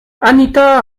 anita